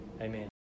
Amen